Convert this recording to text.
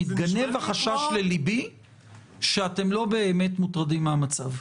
מתגנב החשש לליבי שאתם לא באמת מוטרדים מהמצב,